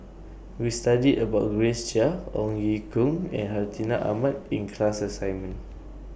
We studied about Grace Chia Ong Ye Kung and Hartinah Ahmad in class assignment